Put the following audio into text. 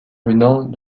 venant